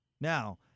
Now